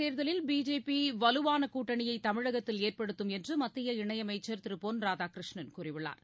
தேர்தலில் பிஜேபிவலுவானகூட்டணியைதமிழகத்தில் ஏற்படுத்தும் மக்களவைத் என்றமத்திய இணையமைச்சள் திருபொன் ராதாகிருஷ்ணன் கூறியுள்ளார்